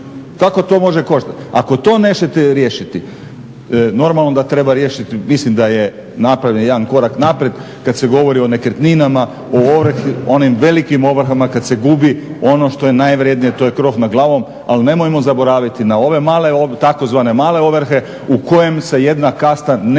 Kako to može koštati? Ako to nećete riješiti normalno da treba riješiti, mislim da je napravljen jedan korak naprijed kad se govori o nekretninama o onim velikim ovrhama kad se gubi ono što je najvrednije, a to je krov nad glavom. Ali nemojmo zaboraviti na ove tzv. "male ovrhe" u kojima se jedna kasta nezasluženo